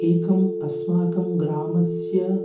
एकम् अस्माकं ग्रामस्य